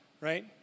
Right